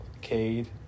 Cade